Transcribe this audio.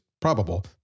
probable